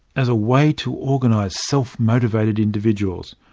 as a way to organise self-motivated individuals,